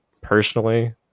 personally